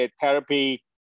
therapy